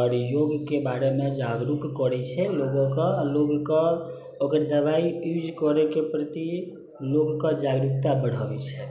आओर योगके बारेमे जागरूक करै छै लोकके आओर लोकके ओकर दवाइ यूज करैके प्रति लोकके जागरूकता बढ़ाबै छै